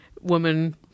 woman